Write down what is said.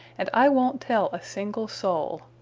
and i won't tell a single soul!